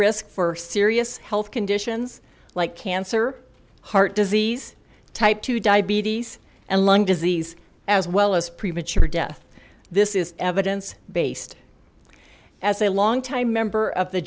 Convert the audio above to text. risk for serious health conditions like cancer heart disease type two diabetes and lung disease as well as premature death this is evidence based as a longtime member of the